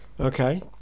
Okay